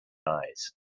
eyes